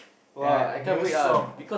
!wah! new song